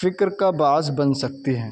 فکر کا باعث بن سکتی ہے